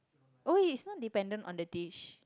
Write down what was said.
oh it's dependent on the dish